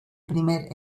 primer